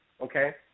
okay